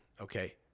okay